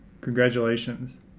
Congratulations